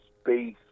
space